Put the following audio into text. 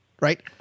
right